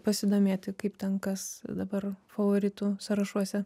pasidomėti kaip ten kas dabar favoritų sąrašuose